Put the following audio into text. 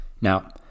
Now